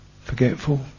forgetful